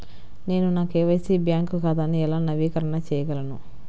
నేను నా KYC bank ఖాతాను ఎలా నవీకరణ చేయగలను?